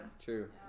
true